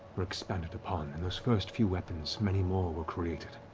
were expanded upon, and those first few weapons, many more were created.